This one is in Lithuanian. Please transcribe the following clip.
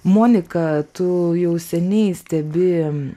monika tu jau seniai stebi